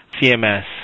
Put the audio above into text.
CMS